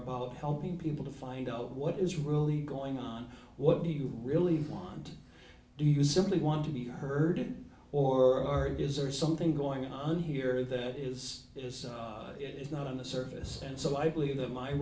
about helping people to find out what is really going on what do you really want do you simply want to be heard or is are something going on here that is it is it's not in the service and so i believe that my